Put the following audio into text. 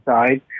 inside